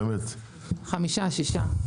חמישה שישה.